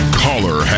Caller